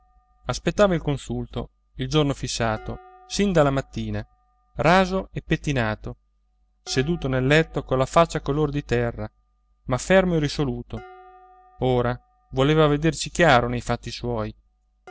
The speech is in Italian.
aspettava il consulto il giorno fissato sin dalla mattina raso e pettinato seduto nel letto colla faccia color di terra ma fermo e risoluto ora voleva vederci chiaro nei fatti suoi